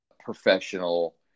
professional